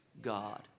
God